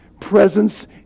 presence